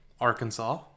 Arkansas